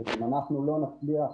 אם אנחנו לא נצליח